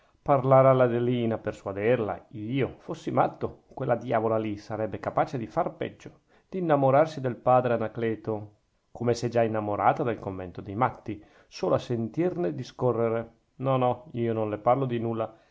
parlare all'adelina persuaderla io fossi matto quella diavola lì sarebbe capace di far peggio d'innamorarsi del padre anacleto come s'è già innamorata del convento dei matti solo a sentirne discorrere no no io non le parlo di nulla